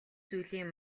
зүйлийн